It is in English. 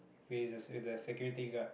with the the security guard